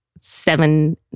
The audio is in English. seven